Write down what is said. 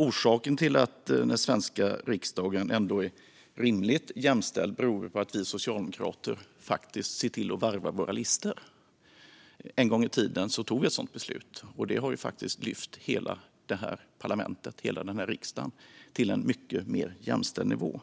Orsaken till att den svenska riksdagen ändå är rimligt jämställd är att vi socialdemokrater faktiskt ser till att varva våra listor. En gång i tiden tog vi ett sådant beslut, och det har faktiskt lyft hela det här parlamentet, hela den här riksdagen, till en mycket mer jämställd nivå.